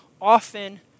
often